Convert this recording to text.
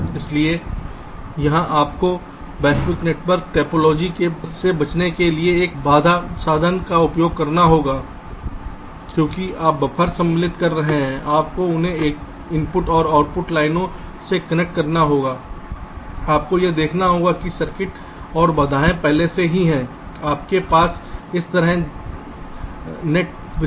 इसलिए यहां आपको वैश्विक नेटवर्क टोपोलॉजी से बचने के लिए एक बाधा साधन का उपयोग करना होगा क्योंकि आप बफ़र्स सम्मिलित कर रहे हैं आपको उन्हें इनपुट और आउटपुट लाइनों से कनेक्ट करना होगा आपको यह देखना होगा कि सर्किट और बाधाएं पहले से ही हैं आपके पास है इस तरह जाल बिछाना